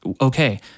Okay